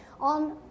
on